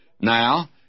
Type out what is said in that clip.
now